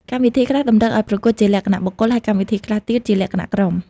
កម្មវិធីខ្លះតម្រូវឲ្យប្រកួតជាលក្ខណៈបុគ្គល ហើយកម្មវិធីខ្លះទៀតជាលក្ខណៈក្រុម។